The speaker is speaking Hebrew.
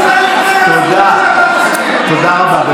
תודה רבה.